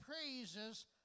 praises